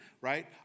right